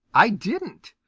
i didn't.